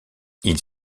ils